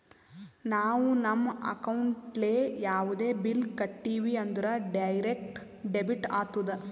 ನಾವು ನಮ್ ಅಕೌಂಟ್ಲೆ ಯಾವುದೇ ಬಿಲ್ ಕಟ್ಟಿವಿ ಅಂದುರ್ ಡೈರೆಕ್ಟ್ ಡೆಬಿಟ್ ಆತ್ತುದ್